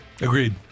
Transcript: Agreed